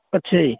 ਅੱਛਾ ਜੀ